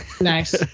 nice